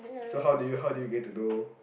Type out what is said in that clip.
so how do you how do you get to know